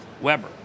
Weber